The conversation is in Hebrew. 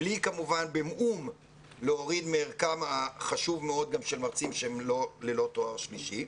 בלי כמובן להוריד במאום מערכם החשוב מאוד של מרצים שהם ללא תואר שלישי,